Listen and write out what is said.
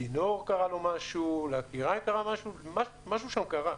צינור קרה לו משהו, משהו שם קרה.